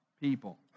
people